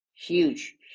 Huge